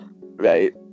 right